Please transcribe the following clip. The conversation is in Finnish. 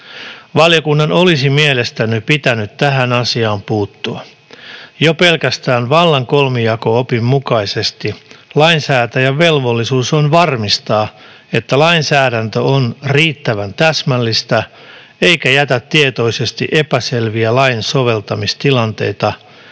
Valiokunnan olisi mielestäni pitänyt tähän asiaan puuttua. Jo pelkästään vallan kolmijako-opin mukaisesti lainsäätäjän velvollisuus on varmistaa, että lainsäädäntö on riittävän täsmällistä, eikä jättää tietoisesti epäselviä lainsoveltamistilanteita.